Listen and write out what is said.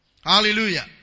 Hallelujah